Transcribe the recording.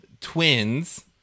twins